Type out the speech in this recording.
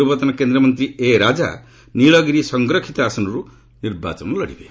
ପୂର୍ବତନ କେନ୍ଦ୍ରମନ୍ତ୍ରୀ ଏ ରାଜା ନୀଳଗିରି ସଂରକ୍ଷିତ ଆସନରୁ ନିର୍ବାଚନ ଲଢ଼ିବେ